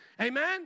Amen